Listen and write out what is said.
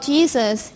Jesus